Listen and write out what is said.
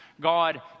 God